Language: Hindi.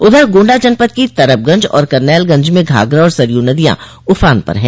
उधर गोंडा जनपद की तरबगंज और करनैलगंज में घाघरा और सरयू नदियां उफान पर है